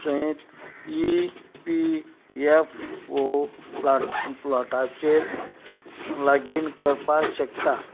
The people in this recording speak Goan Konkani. चें E P F O plot प्लोटाचेर लोग इन करपा शकता